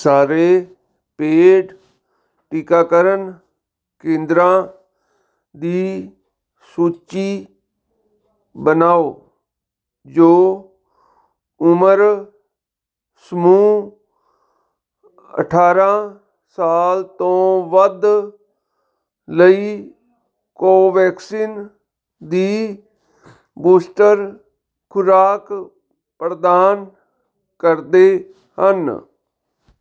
ਸਾਰੇ ਪੇਡ ਟੀਕਾਕਰਨ ਕੇਂਦਰਾਂ ਦੀ ਸੂਚੀ ਬਣਾਓ ਜੋ ਉਮਰ ਸਮੂਹ ਅਠਾਰ੍ਹਾਂ ਸਾਲ ਤੋਂ ਵੱਧ ਲਈ ਕੋਵੈਕਸਿਨ ਦੀ ਬੂਸਟਰ ਖੁਰਾਕ ਪ੍ਰਦਾਨ ਕਰਦੇ ਹਨ